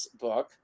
book